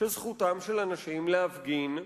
שזכותם של אנשים להפגין,